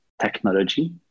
technology